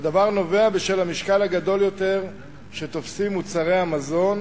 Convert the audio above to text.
והדבר נובע מהמשקל הגדול יותר שתופסים מוצרי המזון,